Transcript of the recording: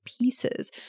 pieces